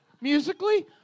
Musically